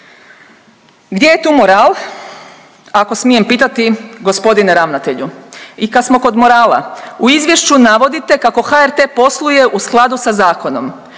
Gdje je tu moral ako smijem pitati gospodine ravnatelju. I kad smo kod morala u izvješću navodite kako HRT posluje u skladu sa zakonom,